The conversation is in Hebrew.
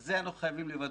את זה אנחנו חייבים לוודא.